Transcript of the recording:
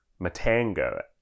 Matango